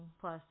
plus